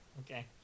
Okay